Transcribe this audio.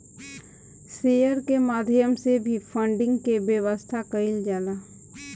share के माध्यम से भी फंडिंग के व्यवस्था कईल जाला